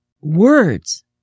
Words